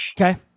Okay